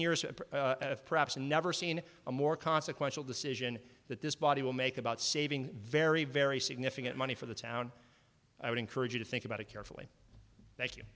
years perhaps never seen a more consequential decision that this body will make about saving very very significant money for the town i would encourage you to think about it carefully thank you